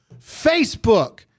Facebook